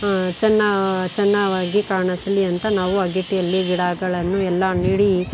ಚನ್ನಾ ಚನ್ನಾಗಿ ಕಾಣಿಸಲಿ ಅಂತ ನಾವು ಅಗೇಡಿಯಲ್ಲಿ ಗಿಡಗಳನ್ನು ಎಲ್ಲ ನೀಡಿ